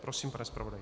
Prosím, pane zpravodaji.